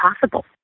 possible